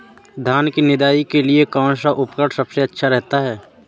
धान की निदाई के लिए कौन सा उपकरण सबसे अच्छा होता है?